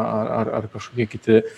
ar ar ar kažkokie kiti